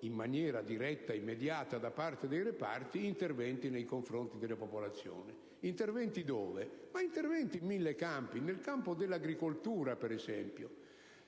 in maniera diretta e immediata da parte dei reparti, interventi nei confronti delle popolazioni. Interventi dove? Ma interventi in mille campi! Nel campo dell'agricoltura, per esempio,